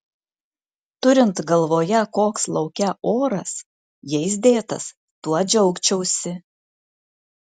turint galvoje koks lauke oras jais dėtas tuo džiaugčiausi